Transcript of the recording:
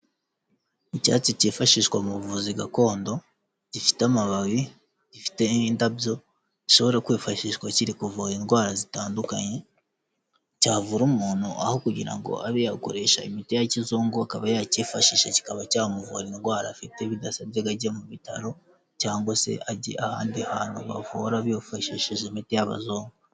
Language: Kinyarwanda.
Icyatsi cyifashishwa mu buvuzi gakondo gifite amababi, gifite indabyo zishobora kwifashishwa kiri kuvura indwara zitandukanye, cyavura umuntu aho kugira ngo abe yakoresha imiti ya kizungu akaba yacyifashisha kikaba cyamuvura indwara afite bidasabye agajya mu bitaro cyangwa se ajya ahandi hantu bavura bifashishije imiti y'abazungu.